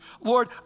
Lord